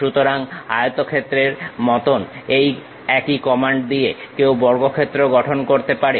সুতরাং আয়তক্ষেত্রের মতন একই কমান্ড দিয়ে কেউ বর্গক্ষেত্রও গঠন করতে পারে